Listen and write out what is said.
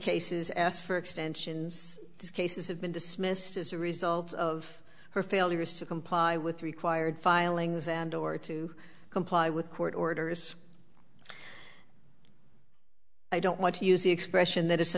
cases asked for extensions cases have been dismissed as a result of her failure is to comply with required filings and or to comply with court orders i don't want to use the expression that is a